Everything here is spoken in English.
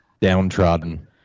downtrodden